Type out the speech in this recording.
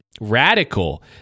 radical